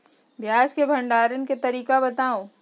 प्याज के भंडारण के तरीका बताऊ?